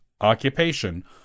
occupation